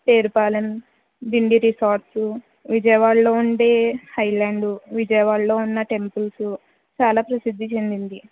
Perupalem Dindi resorts విజయవాడలో ఉండే highland విజయవాడలో ఉన్న టెంపుల్సు చాలా ప్రసిద్ధి చెందింది